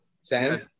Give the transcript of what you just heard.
Sam